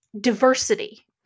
diversity